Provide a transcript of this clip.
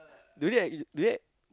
do you have do you have